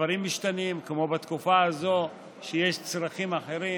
הדברים משתנים, כמו בתקופה הזאת שיש צרכים אחרים